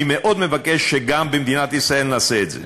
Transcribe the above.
אני מאוד מבקש שגם במדינת ישראל נעשה את זה.